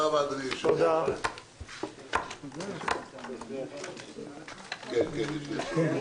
הישיבה ננעלה בשעה 15:36.